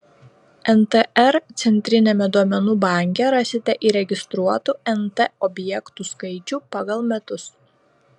ntr centriniame duomenų banke rasite įregistruotų nt objektų skaičių pagal metus